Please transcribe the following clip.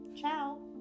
Ciao